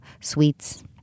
sweets